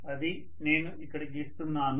నేను దానిని ఇక్కడ గీస్తున్నాను